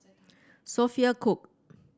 Sophia Cooke